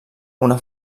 una